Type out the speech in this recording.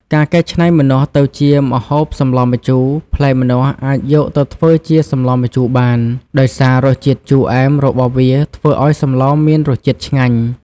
ការកែច្នៃផ្លែម្នាស់ទៅជាម្ហូបសម្លរម្ជូរ ផ្លែម្នាស់អាចយកទៅធ្វើជាសម្លរម្ជូរបាន ដោយសាររសជាតិជូរអែមរបស់វាធ្វើឲ្យសម្លរមានរសជាតិឆ្ងាញ់។